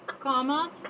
comma